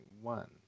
One